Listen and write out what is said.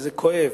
וזה כואב.